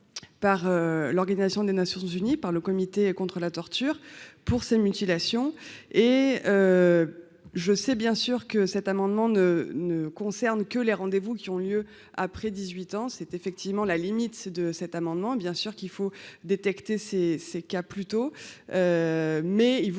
par l'Organisation des Nations-Unies, par le comité contre la torture pour ses mutilations et je sais bien sûr que cet amendement ne ne concerne que les rendez vous qui ont lieu après 18 ans, c'est effectivement la limite de cet amendement, bien sûr qu'il faut détecter ces ces cas plus tôt mais il vaut